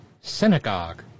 synagogue